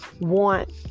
want